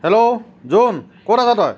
hello John ক'ত আছ তই